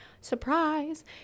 Surprise